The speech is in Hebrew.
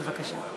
בבקשה.